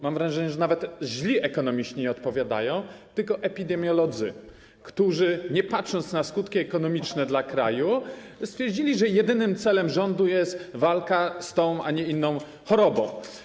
Mam wrażenie, że nawet źli ekonomiści nie odpowiadają, tylko epidemiolodzy, którzy, nie patrząc na skutki ekonomiczne dla kraju, stwierdzili, że jedynym celem rządu jest walka z tą a nie inną chorobą.